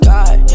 God